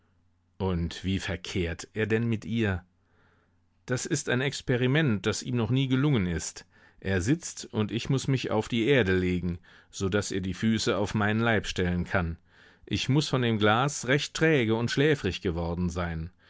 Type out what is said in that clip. und wie verkehrt er denn mit ihr das ist ein experiment das ihm noch nie gelungen ist er sitzt und ich muß mich auf die erde legen so daß er die füße auf meinen leib stellen kann ich muß von dem glas recht träge und schläfrig geworden sein